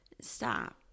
Stop